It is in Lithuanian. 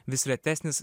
vis retesnis